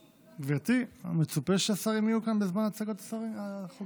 גברתי, מצופה שהשרים יהיו כאן בזמן הצגת החוקים.